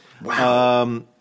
Wow